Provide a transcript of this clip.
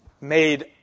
made